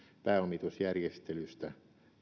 pääomitusjärjestelystä